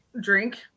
Drink